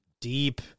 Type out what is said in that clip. deep